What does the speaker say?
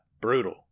Brutal